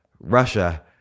russia